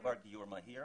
דבר כזה גיור מהיר.